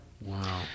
Wow